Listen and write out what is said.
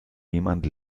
jemand